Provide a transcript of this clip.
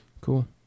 Cool